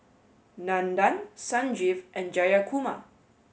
Nandan Sanjeev and Jayakumar